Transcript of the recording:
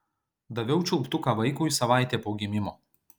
daviau čiulptuką vaikui savaitė po gimimo